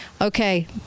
Okay